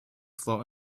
float